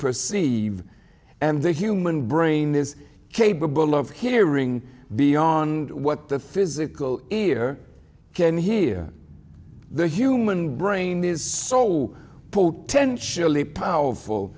perceive and the human brain is capable of hearing beyond what the physical ear can hear the human brain is so full ten surely powerful